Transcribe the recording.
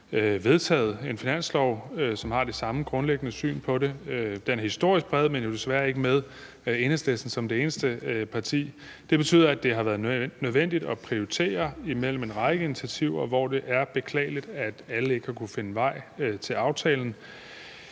aftale om en finanslov, som har det samme grundlæggende syn på det. Den er historisk bred, men jo desværre ikke med Enhedslisten, der står udenfor som det eneste parti. Det betyder, at det har været nødvendigt at prioritere mellem en række initiativer, og det er beklageligt, at alle ikke har kunnet finde vej til aftalen.